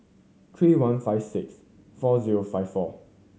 three one five six four zero five four